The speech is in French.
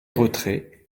retraits